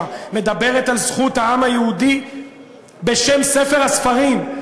מדברת על זכות העם היהודי בשם ספר הספרים,